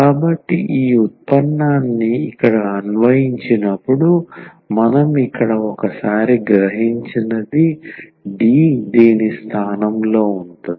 కాబట్టి ఈ ఉత్పన్నాన్ని ఇక్కడ అన్వయించినప్పుడు మనం ఇక్కడ ఒకసారి గ్రహించినది D దీని స్థానంలో ఉంటుంది